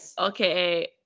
okay